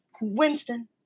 Winston